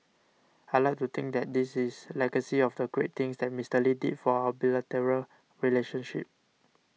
I'd like to think that this is legacy of the great things that Mister Lee did for our bilateral relationship